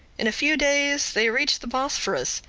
in a few days they reached the bosphorus,